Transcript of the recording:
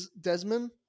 Desmond